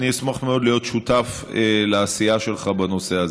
אני אשמח מאוד להיות שותף לעשייה שלך בנושא הזה.